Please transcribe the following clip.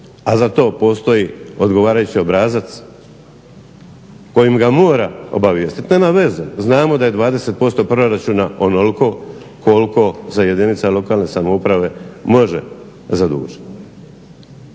a za to postoji određeni obrazac kojim ga mora obavijestiti. Nema veze, znamo da je 20% proračuna onoliko koliko za jedinica lokalne samouprave se može zadužiti.